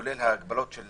כולל ההגבלות של